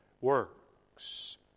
works